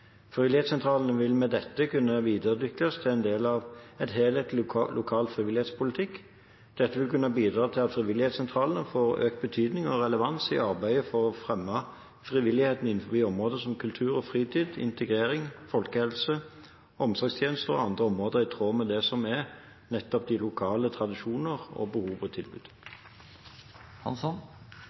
Frivillighetssentralene vil med dette kunne videreutvikles som del av en helhetlig lokal frivillighetspolitikk. Dette vil kunne bidra til at frivillighetssentralene får økt betydning og relevans i arbeidet for å fremme frivilligheten innenfor områder som kultur og fritid, integrering, folkehelse, omsorgstjenester og andre områder, i tråd med de lokale tradisjoner og behovet for tilbud.